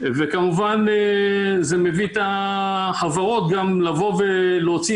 וכמובן זה מביא את החברות גם להוציא